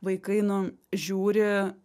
vaikai nu žiūri